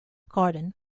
garden